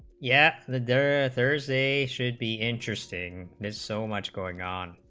yeah their affairs a should be interesting is so much going on